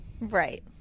Right